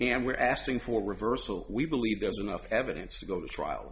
and we're asking for reversal we believe there's enough evidence to go to trial